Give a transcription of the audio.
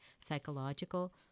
psychological